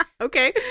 Okay